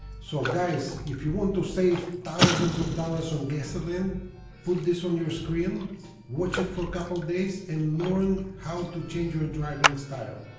so guys if you want to save thousands of dollars on gasoline put this on your screen watch it for couple days and learn how to change your driving style